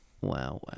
Wow